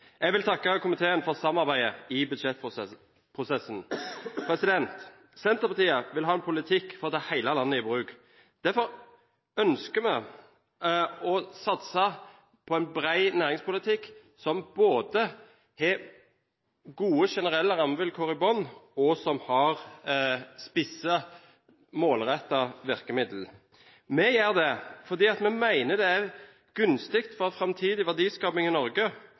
Jeg vil takke komiteen for samarbeidet i budsjettprosessen. Senterpartiet vil ha en politikk for å ta hele landet i bruk. Derfor ønsker vi å satse på en bred næringspolitikk som både har gode, generelle rammevilkår i bunnen, og som har spisse, målrettede virkemidler. Vi gjør det fordi vi mener det er gunstig for framtidig verdiskaping i Norge.